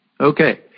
Okay